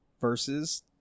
versus